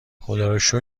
خداروشکر